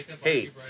hey